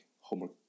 homework